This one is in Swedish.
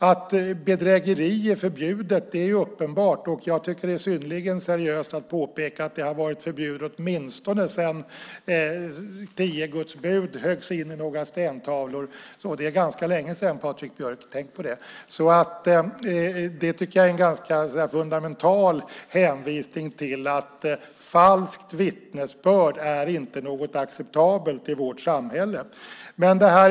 Att bedrägeri är förbjudet är uppenbart. Jag tycker att det är synnerligen seriöst att påpeka att det har varit förbjudet åtminstone sedan tio Guds bud höggs in i några stentavlor. Det är ganska länge sedan, Patrik Björck. Tänk på det! Det tycker jag är en ganska fundamental hänvisning till att falskt vittnesbörd inte är något acceptabelt i vårt samhälle.